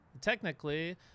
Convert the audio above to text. technically